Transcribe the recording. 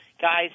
guys